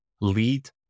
Lead